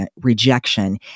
rejection